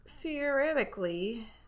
theoretically